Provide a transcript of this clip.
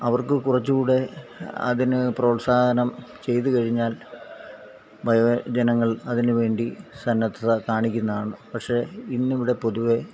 അവർക്ക് കുറച്ചുകൂടെ അതിന് പ്രോത്സാഹനം ചെയ്തു കഴിഞ്ഞാൽ വയോജനങ്ങൾ അതിനുവേണ്ടി സന്നദ്ധത കാണിക്കുന്നതാണ് പക്ഷെ ഇന്നിവിടെ പൊതുവെ